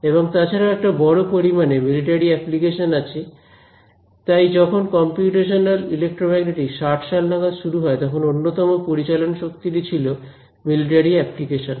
এবং তাছাড়াও একটা বড় পরিমাণে মিলিটারি অ্যাপ্লিকেশন আছে তাই যখন কম্পিউটেশনাল ইলেক্ট্রোম্যাগনেটিকস 60 সাল নাগাদ শুরু হয় তখন অন্যতম পরিচালন শক্তিটি ছিল মিলিটারি অ্যাপ্লিকেশন